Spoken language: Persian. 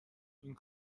این